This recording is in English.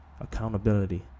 accountability